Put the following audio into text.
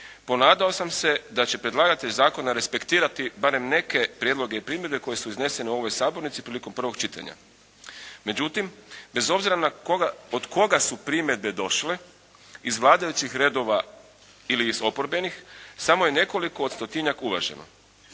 ponadao sam se da će predlagatelj zakona respektirati barem neke prijedloge i primjedbe koji su izneseni u ovoj sabornici prilikom prvog čitanja. Međutim, bez obzira od koga su primjedbe došle iz vladajućih redova ili iz oporbenih samo je nekoliko od stotinjak uvaženo.